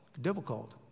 difficult